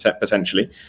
potentially